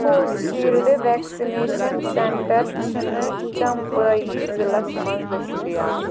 Covishield vaccination centre چھِنہٕ چمپٲیی ضِلعس مَنٛز دٔستِیاب